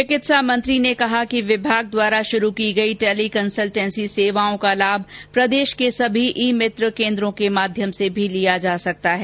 चिकित्सा मंत्री ने कहा कि विमाग द्वारा शुरू की गई टेली कंसलटेंसी र्सवाओं का लाभ प्रदेश के सभी ई मित्र केन्द्रो के माध्यम से भी लिया जा सकता है